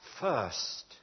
first